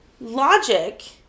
logic